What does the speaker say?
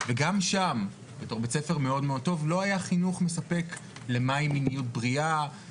וגם שם בבית ספר מאוד טוב לא היה חינוך מספק למיניות בריאה,